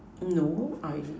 no I